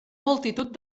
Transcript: multitud